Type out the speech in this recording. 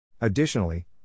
Additionally